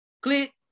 Click